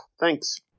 Thanks